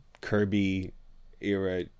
Kirby-era